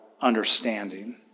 understanding